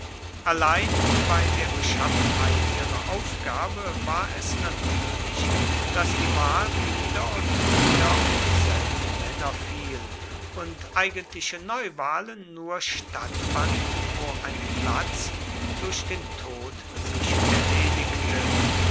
allein bei der beschaffenheit ihrer aufgabe war es natürlich daß die wahl wieder und wieder auf dieselben männer fiel und eigentliche neuwahlen nur stattfanden wo ein platz durch den tod sich erledigte